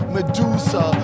Medusa